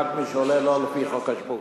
רק מי שעולה לא לפי חוק השבות.